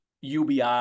UBI